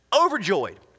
overjoyed